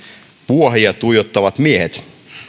vuohia tuijottavat miehet